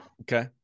okay